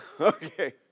Okay